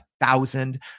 thousand